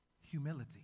Humility